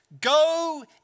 go